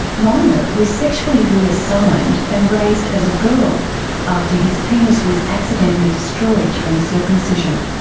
reimer was sexually re-assigned and raised as a girl after his penis was accidentally destroyed during circumcision.